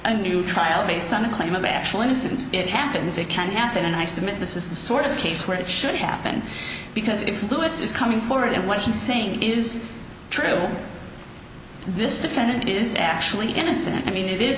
a new trial based on a claim of actual innocence it happens it can happen and i submit this is the sort of case where it should happen because if lewis is coming forward and what he's saying is true this defendant is actually innocent i mean it is